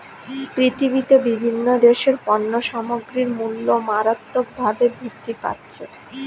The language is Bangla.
পৃথিবীতে বিভিন্ন দেশের পণ্য সামগ্রীর মূল্য মারাত্মকভাবে বৃদ্ধি পাচ্ছে